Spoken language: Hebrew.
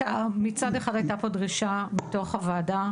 מצד אחד הייתה פה דרישה מתוך הוועדה,